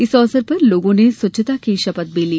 इस अवसर पर लोगों ने स्वच्छता की शपथ भी ली